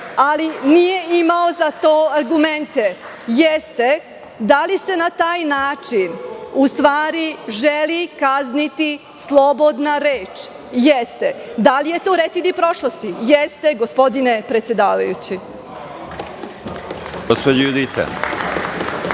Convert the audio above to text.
ali nije imao za to argumente? Jeste. Da li se na taj način, u stvari, želi kazniti slobodna reč? Jeste. Da li je to recidiv prošlosti? Jeste, gospodine predsedavajući.